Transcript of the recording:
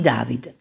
David